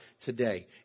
today